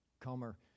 Comer